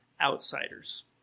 outsiders